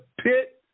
pit